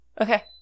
Okay